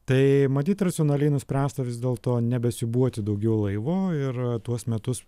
tai matyt racionaliai nuspręsta vis dėlto nebesiūbuoti daugiau laivo ir tuos metus